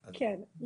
כן.